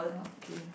okay